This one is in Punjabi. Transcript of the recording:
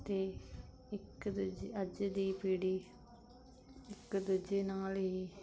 ਅਤੇ ਇੱਕ ਦੂਜੇ ਅੱਜ ਦੀ ਪੀੜ੍ਹੀ ਇੱਕ ਦੂਜੇ ਨਾਲ ਹੀ